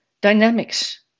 dynamics